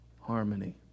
harmony